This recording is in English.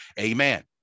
Amen